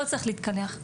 לא צריך להתקלח,